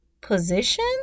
position